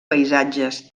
paisatges